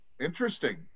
Interesting